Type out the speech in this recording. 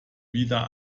wieder